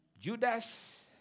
Judas